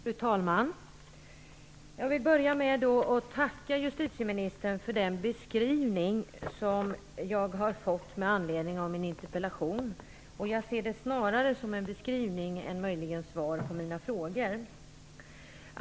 Fru talman! Jag vill börja med att tacka justitieministern för den beskrivning som jag har fått med anledning av min interpellation. Jag ser det snarare som en beskrivning än som ett svar på mina frågor.